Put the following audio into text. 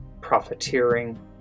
profiteering